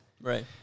Right